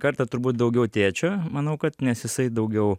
kartą turbūt daugiau tėčio manau kad nes jisai daugiau